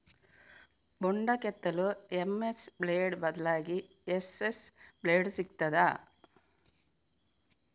ಬೊಂಡ ಕೆತ್ತಲು MS blade ಬದ್ಲಾಗಿ ಎಸ್.ಎಸ್ ಬ್ಲೇಡ್ ಸಿಕ್ತಾದ?